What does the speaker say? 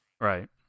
Right